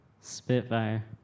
Spitfire